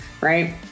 right